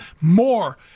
more